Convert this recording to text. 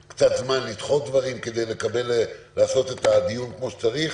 לדחות דברים כדי לקיים את הדיון כמו שצריך,